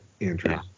Andrew